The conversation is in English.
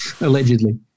Allegedly